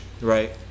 Right